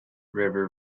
river